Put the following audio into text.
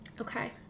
Okay